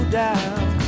down